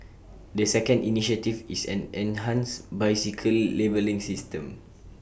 the second initiative is an enhanced bicycle labelling system